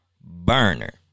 burner